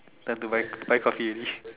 time to buy buy Coffee already